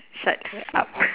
shut her up